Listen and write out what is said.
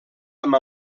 amb